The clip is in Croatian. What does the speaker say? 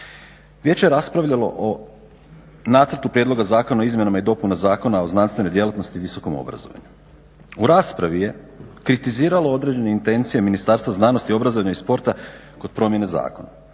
Vijeće je raspravljalo o Nacrtu prijedloga zakona o izmjenama i dopunama Zakona o znanstvenoj djelatnosti i visokom obrazovanju. U raspravi je kritiziralo određene intencije Ministarstva znanosti, obrazovanja i sporta kod promjene zakona.